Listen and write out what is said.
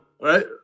right